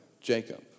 Jacob